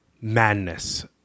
madness